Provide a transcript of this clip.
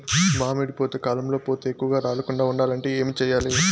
మామిడి పూత కాలంలో పూత ఎక్కువగా రాలకుండా ఉండాలంటే ఏమి చెయ్యాలి?